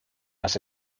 las